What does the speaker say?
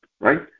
right